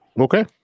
Okay